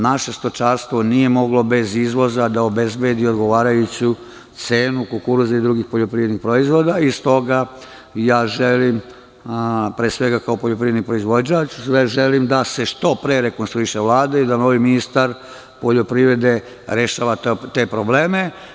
Naše stočarstvo nije moglo da obezbedi odgovarajuću cenu kukuruza i drugih poljoprivrednih proizvoda i s toga želim, pre svega kao poljoprivredni proizvođač, da se što pre rekonstruiše Vlada i da novi ministar poljoprivrede rešava te probleme.